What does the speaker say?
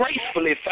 gracefully